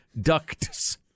ducts